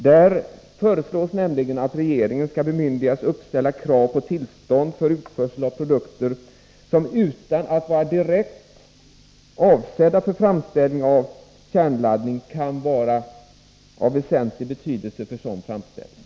Där föreslås nämligen att regeringen skall bemyndigas uppställa krav på tillstånd för utförsel av produkter som, utan att vara direkt avsedda för framställning av kärnladdning, kan vara av väsentlig betydelse för sådan framställning.